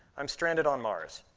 i'm stranded on mars.